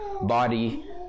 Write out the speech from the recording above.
body